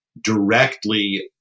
directly